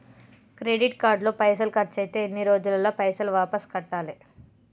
Credit card లో పైసల్ ఖర్చయితే ఎన్ని రోజులల్ల పైసల్ వాపస్ కట్టాలే?